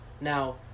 Now